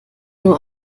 nur